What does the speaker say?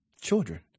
Children